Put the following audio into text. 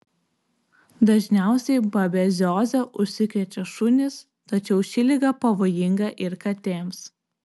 dažniausiai babezioze užsikrečia šunys tačiau ši liga pavojinga ir katėms